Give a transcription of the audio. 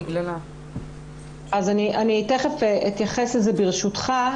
אני תיכף אתייחס לזה ברשותך.